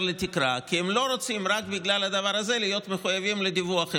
לתקרה כי הם לא רוצים להיות מחויבים לדיווח,